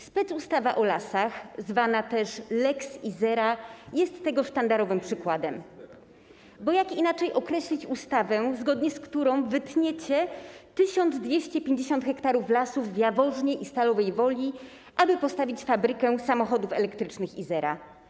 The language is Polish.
Specustawa o lasach, zwana też lex Izera, jest tego sztandarowym przykładem, bo jak inaczej określić ustawę, zgodnie z którą wytniecie 1250 ha lasów w Jaworznie i Stalowej Woli, aby postawić fabrykę samochodów elektrycznych Izera.